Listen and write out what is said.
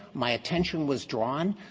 my attention was drawn.